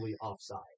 offside